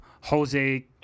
Jose